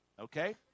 Okay